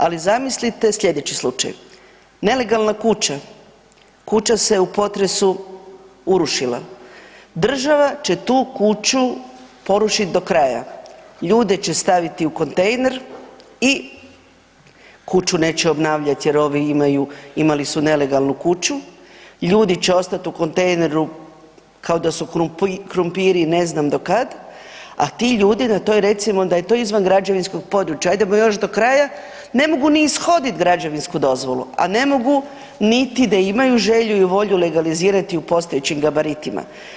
Ali zamislite sljedeći slučaj, nelegalna kuća, kuća se u potresu urušila, država će tu kuću porušit do kraja, ljude će staviti u kontejner i kuću neće obnavljati jer imali su nelegalnu kuću, ljudi će ostat u kontejneru kao da su krumpiri ne znam do kad, a ti ljudi na toj recimo da je to izvan građevinskog područja, ajdemo još do kraja, ne mogu ni ishodit građevinsku dozvolu, a ne mogu niti da imaju želju i volju legalizirati u postojećim gabaritima.